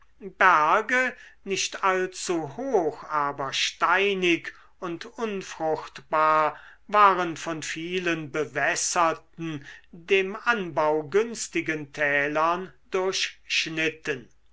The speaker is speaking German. berge nicht allzu hoch aber steinig und unfruchtbar waren von vielen bewässerten dem anbau günstigen tälern durchschnitten